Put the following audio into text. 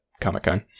Comic-Con